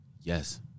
Yes